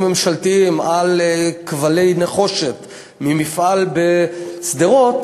ממשלתיים על כבלי נחושת ממפעל בשדרות,